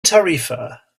tarifa